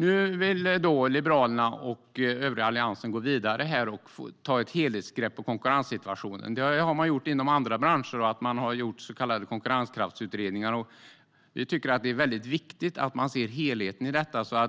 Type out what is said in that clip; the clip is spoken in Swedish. Nu vill Liberalerna och övriga Alliansen gå vidare och ta ett helhetsgrepp om konkurrenssituationen. Inom andra branscher har man gjort så kallade konkurrenskraftsutredningar, och vi tycker att det är väldigt viktigt att man ser helheten i detta.